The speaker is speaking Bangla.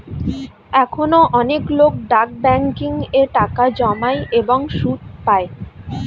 এখনো অনেক লোক ডাক ব্যাংকিং এ টাকা জমায় এবং সুদ পায়